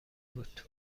بود